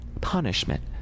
punishment